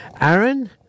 Aaron